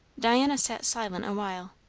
diana sat silent a while,